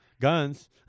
guns